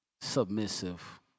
submissive